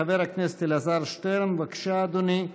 חבר הכנסת אלעזר שטרן, בבקשה, אדוני,